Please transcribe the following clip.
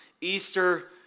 Easter